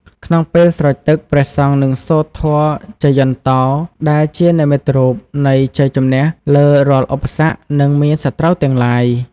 ក្នុងពេលស្រោចទឹក ព្រះសង្ឃនឹងសូត្រធម៌ជយន្តោ ដែលជានិមិត្តរូបនៃជ័យជម្នះលើរាល់ឧបសគ្គ និងមារសត្រូវទាំងឡាយ។